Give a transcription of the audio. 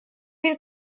bir